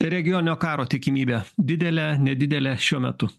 regioninio karo tikimybė didelė nedidelė šiuo metu